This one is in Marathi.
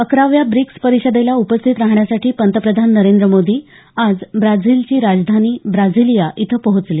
अकराव्या ब्रिक्स परिषदेला उपस्थित राहण्यासाठी पंतप्रधान नरेंद्र मोदी आज ब्राझीलची राजधानी ब्राझिलिया इथे पोहोचले